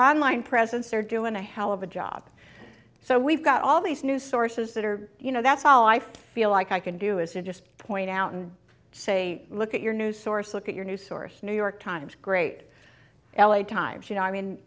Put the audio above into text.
on line presence are doing a hell of a job so we've got all these new sources that are you know that's all i feel like i can do is to just point out and say look at your news source look at your news source new york times great l a times you know i mean